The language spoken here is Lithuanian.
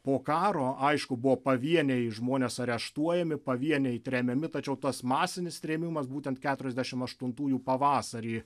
po karo aišku buvo pavieniai žmonės areštuojami pavieniai tremiami tačiau tas masinis trėmimas būtent keturiasdešim aštuntųjų pavasarį